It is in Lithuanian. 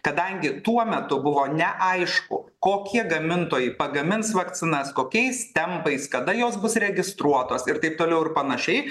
kadangi tuo metu buvo neaišku kokie gamintojai pagamins vakcinas kokiais tempais kada jos bus registruotos ir taip toliau ir panašiai